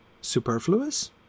superfluous